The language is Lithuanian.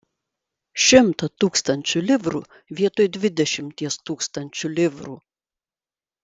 šimtą tūkstančių livrų vietoj dvidešimties tūkstančių livrų